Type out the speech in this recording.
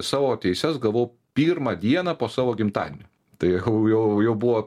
savo teises gavau pirmą dieną po savo gimtadienio tai jau jau buvo